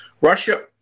Russia